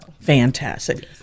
fantastic